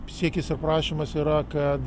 siekis ir prašymas yra kad